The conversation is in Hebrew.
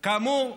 כאמור,